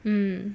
mm